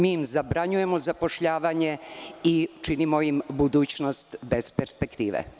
Mi im zabranjujemo zapošljavanje i činimo im budućnost bez perspektive.